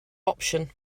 option